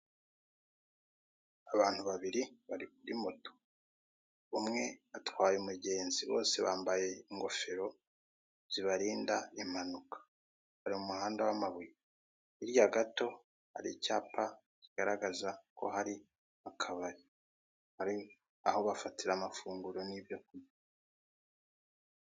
Abantu babiri bari kuri moto, umwe atwaye umugenzi bose bambaye ingofero zibarinda impanuka. Hari umuhanda w'amabuye hirya gato hari icyapa kigaragaza ko hari akabari, hari aho bafatira ibyo amafunguro n'ibyo kunkwa.